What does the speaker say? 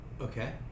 Okay